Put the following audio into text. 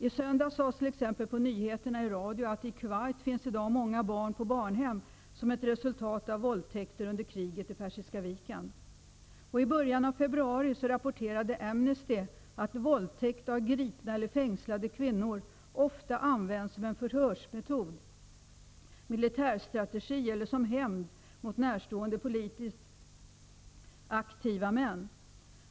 I söndags sades t.ex. på nyheterna i radio att det som ett resultat av våldtäkter under kriget vid Persiska viken i dag i Kuwait finns många barn på barnhem. I början av februari rapporterade Amnesty International att våldtäkt på gripna eller fängslade kvinnor ofta används som förhörsmetod, militärstrategi eller hämnd mot närstående politiskt aktiva män.